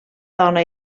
dona